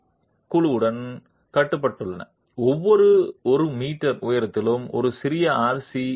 C இசைக்குழுவுடன் கட்டப்பட்டுள்ளன ஒவ்வொரு ஒரு மீட்டர் உயரத்திலும் ஒரு சிறிய ஆர்